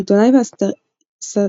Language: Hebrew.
העיתונאי והסאטיריקן פול קרסנר העצים